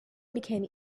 became